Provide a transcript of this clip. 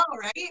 right